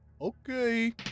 Okay